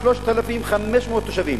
3,500 תושבים,